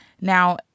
Now